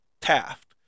Taft